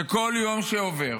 שכל יום שעובר